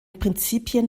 prinzipien